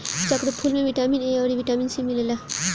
चक्रफूल में vitamin A अउरी बिटामिन सी मिलेला